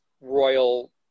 Royal